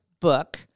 book